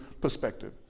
perspective